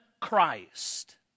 Christ